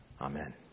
Amen